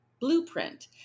blueprint